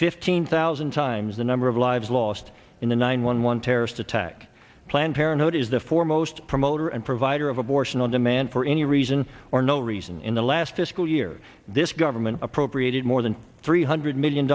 fifteen thousand times the number of lives lost in the nine one one terrorist attack planned parenthood is the foremost promoter and provider of abortion on demand for any reason or no reason in the last fiscal year this government appropriated more than three hundred million